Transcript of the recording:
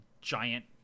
giant